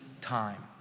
time